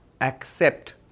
accept